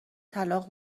طلاق